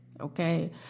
Okay